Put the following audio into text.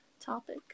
topic